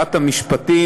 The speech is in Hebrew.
ושרת המשפטים,